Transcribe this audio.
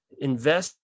invest